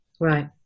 right